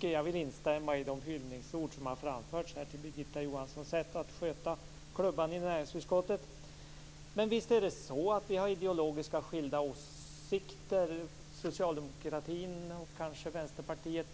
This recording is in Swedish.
Jag vill instämma i de hyllningsord som har framförts till Birgitta Johanssons sätt att sköta klubban i näringsutskottet. Men visst är det så att vi har ideologiskt skilda åsikter. Det gäller å ena socialdemokratin och kanske Vänsterpartiet.